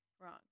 Wrong